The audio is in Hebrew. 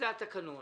זה התקנון.